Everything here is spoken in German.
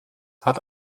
hat